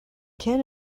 can